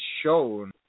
shown